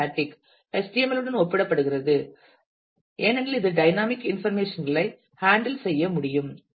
B static HTML உடன் ஒப்பிடப்படுகிறது ஏனெனில் இது டைனமிக் இன்ஃபர்மேஷன் களை ஹேண்டில் செய்ய முடியும்